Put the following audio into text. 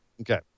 Okay